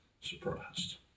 surprised